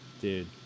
dude